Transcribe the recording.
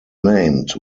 named